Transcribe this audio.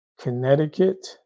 connecticut